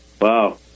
Wow